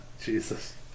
Jesus